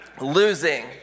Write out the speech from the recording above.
Losing